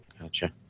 Gotcha